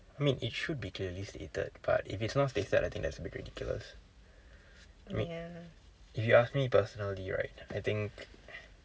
I mean it should be clearly stated but if it's not stated I think that's a bit ridiculous I mean if you ask me personality right I think